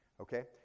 okay